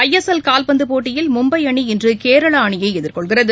ஐ S L கால்பந்துப் போட்டியில் மும்பை அணி இன்று கேரளா அணியை எதிர்கொள்கிறது